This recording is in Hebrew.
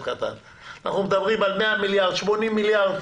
אנחנו מדברים על 100 80 מיליארד,